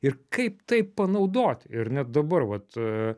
ir kaip tai panaudoti ir net dabar vat